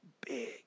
big